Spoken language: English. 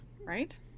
right